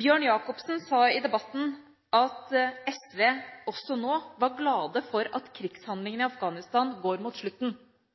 Bjørn Jacobsen sa i debatten at «SV er også veldig glade for at krigshandlingane i Afghanistan no ser ut til å gå mot slutten».